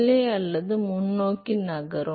மேலே அல்லது முன்னோக்கி நகரும்